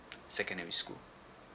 secondary school